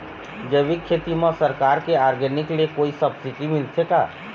जैविक खेती म सरकार के ऑर्गेनिक ले कोई सब्सिडी मिलथे का?